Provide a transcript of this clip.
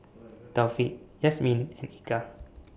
Taufik Yasmin and Eka